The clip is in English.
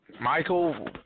Michael